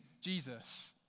Jesus